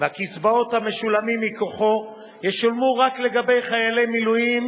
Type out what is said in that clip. והקצבאות המשולמים מכוחו ישולמו רק לגבי חיילי מילואים